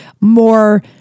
more